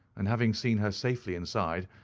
and having seen her safely inside,